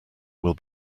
will